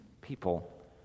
people